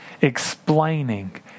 explaining